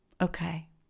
Okay